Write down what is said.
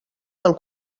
del